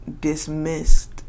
dismissed